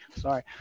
sorry